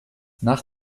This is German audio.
nach